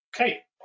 Okay